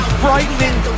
frightening